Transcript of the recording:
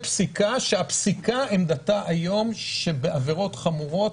עמדתה של הפסיקה היום היא שבעברות חמורות